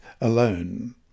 alone